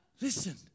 Listen